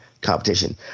competition